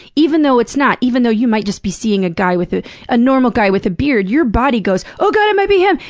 even though it's not, even though you might just be seeing a guy with a normal guy with a beard, your body goes, oh god, it might be him!